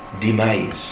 demise